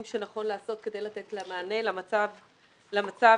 שנכון לעשות כדי לתת מענה למצב המיוחד,